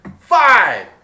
five